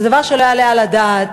זה דבר שלא יעלה על הדעת.